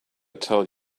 tell